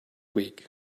week